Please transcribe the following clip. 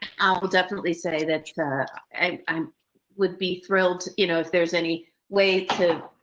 i'll definitely say that i would be thrilled you know if there's any way to.